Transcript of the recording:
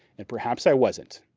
and perhaps i wasn't,